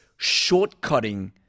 shortcutting